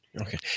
Okay